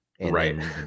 right